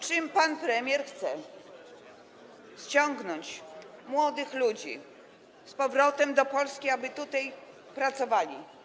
Czym pan premier chce ściągnąć młodych ludzi z powrotem do Polski, aby tutaj pracowali?